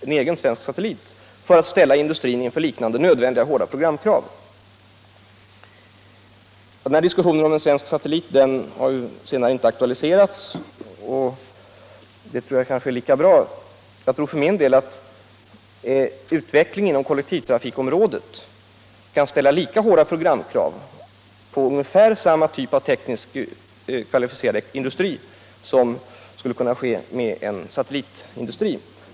Därigenom skulle vi ställa industrin inför samma hårda programkrav. Nu har ju diskussionen om en svensk satellit inte förts vidare, och det är kanske lika bra. För min del tror jag att utvecklingen på kollektivtrafikområdet kan ställa lika hårda programkrav på ungefär samma typ av tekniskt kvalificerad industri som fallet skulle ha blivit med en satellitindustri.